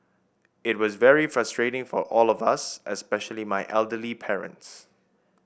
it was very frustrating for all us especially my elderly parents